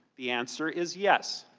the answer is yes.